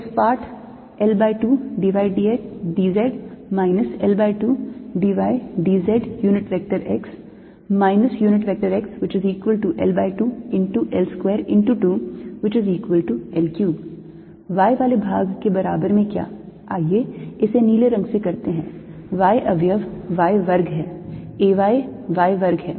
x partL2dydz L2dydzx xL2L2×2L3 y वाले भाग के बारे में क्याआइए इसे नीले रंग से करते हैं y अवयव y वर्ग है A y y वर्ग है